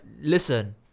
Listen